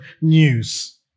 news